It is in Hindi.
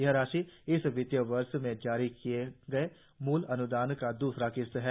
यह राशि इस वित्त वर्ष में जारी किए गए कुल अनुदान की दूसरी किस्त है